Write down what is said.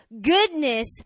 goodness